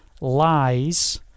lies